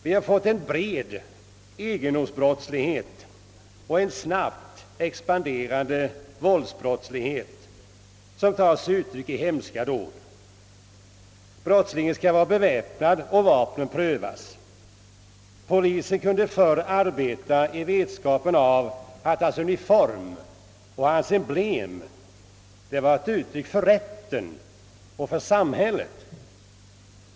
Vi har fått en omfattande egendomsbrottslighet och en snabbt expanderande våldsbrottslighet som tar sig uttryck i hemska dåd. Brottslingen skall vara beväpnad och vapnen prövas. Polismannen kunde förr arbeta i den vetskapen att hans uniform och emblem var ett uttryck för rätten och samhället.